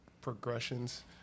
progressions